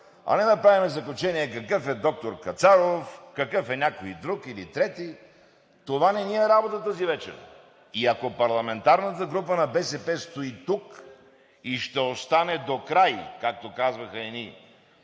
а не да правим заключение какъв е доктор Кацаров, какъв е някой друг, или трети. Това не ни е работа тази вечер. И ако парламентарната група на БСП стои тук и ще остане докрай, както казваха едни